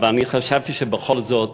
חשבתי שבכל זאת